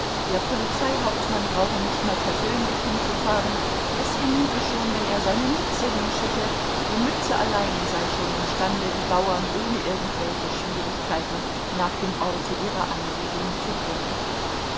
der polizeihauptmann brauche nicht mal persönlich hinzufahren es genüge schon wenn er seine mütze hinschicke die mütze allein sei schon imstande die bauern ohne irgendwelche schwierigkeiten nach dem orte ihrer ansiedlung zu bringen